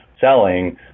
selling